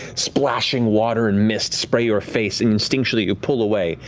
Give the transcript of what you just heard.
splashing water and mist spray your face, and instinctually, you pull away,